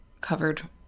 covered